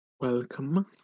Welcome